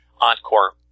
Encore